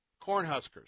Cornhuskers